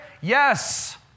Yes